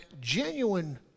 genuine